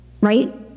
right